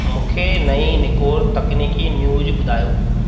मुखे नईं निकोर तकनीकी न्यूज़ ॿुधायो